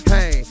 Hey